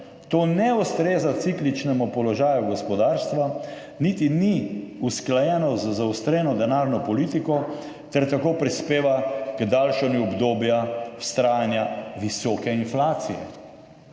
To ne ustreza cikličnemu položaju gospodarstva niti ni usklajeno z zaostreno denarno politiko ter tako prispeva k daljšanju obdobja vztrajanja visoke inflacije.«